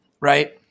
right